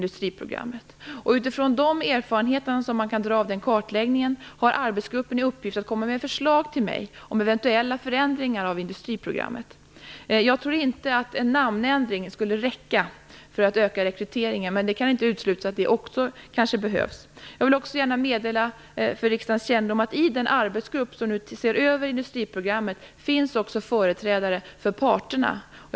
Utifrån de erfarenheter man kan göra av den här kartläggningen har arbetsgruppen i uppgift att till mig komma med förslag om eventuella förändringar av industriprogrammet. Jag tror inte att en namnändring skulle räcka för att öka rekryteringen, men det kan inte uteslutas att kanske det också behövs. Jag vill också meddela för riksdagens kännedom att det i den arbetsgrupp som nu ser över industriprogrammet finns företrädare också för arbetsmarknadens parter.